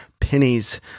pennies